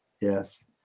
yes